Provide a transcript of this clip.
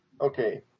okay